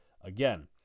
again